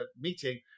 meeting